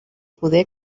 poder